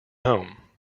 home